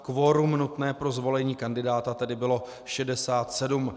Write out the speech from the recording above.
Kvorum nutné pro zvolení kandidáta tedy bylo 67.